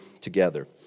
together